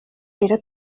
era